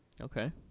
Okay